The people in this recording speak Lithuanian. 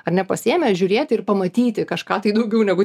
ar ne pasiėmę žiūrėti ir pamatyti kažką tai daugiau negu